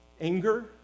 anger